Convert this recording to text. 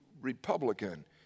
Republican